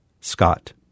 Scott